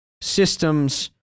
systems